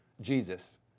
Jesus